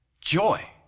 joy